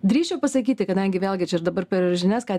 drįsčiau pasakyti kadangi vėlgi čia ir dabar per žinias ką tik